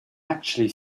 actually